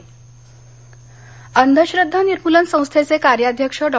दाभोळकर अंधश्रद्वा निर्मूलन संस्थेचे कार्याध्यक्ष डॉ